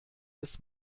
des